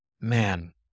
man